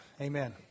Amen